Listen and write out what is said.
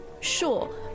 Sure